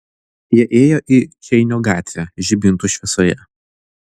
jie ėjo į čeinio gatvę žibintų šviesoje